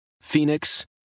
Phoenix